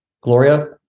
Gloria